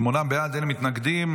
שמונה בעד, אין מתנגדים.